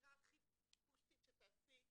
סקירה הכי פשוטה שתעשי,